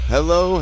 Hello